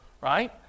right